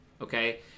okay